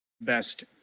best